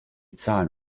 zahlen